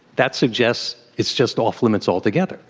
that suggests it's just off limits altogether.